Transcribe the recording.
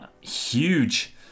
huge